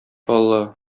алла